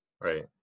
right